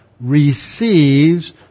receives